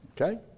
Okay